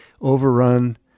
overrun